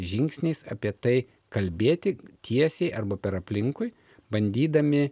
žingsniais apie tai kalbėti tiesiai arba per aplinkui bandydami